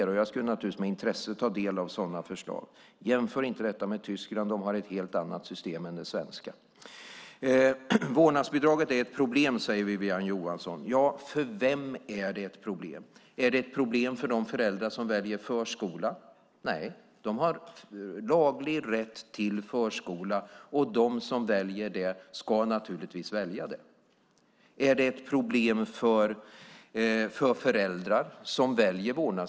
Naturligtvis skulle jag med intresse ta del av sådana förslag. Men jämför inte här med Tyskland som har ett helt annat system än det svenska! Vårdnadsbidraget är ett problem, säger Wiwi-Anne Johansson. För vem är det ett problem? Är det ett problem för de föräldrar som väljer förskola? Nej, de barnen har laglig rätt till förskola. De som väljer så ska givetvis göra det. Är vårdnadsbidraget ett problem för de föräldrar som väljer det?